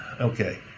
okay